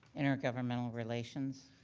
intergovernmental relations.